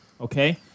Okay